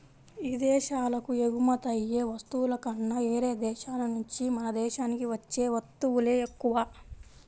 ఇదేశాలకు ఎగుమతయ్యే వస్తువుల కన్నా యేరే దేశాల నుంచే మన దేశానికి వచ్చే వత్తువులే ఎక్కువ